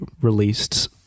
released